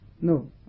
No